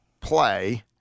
play